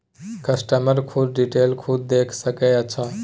customer खुद detail खुद देख सके अच्छा